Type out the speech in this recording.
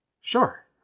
Sure